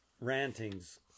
rantings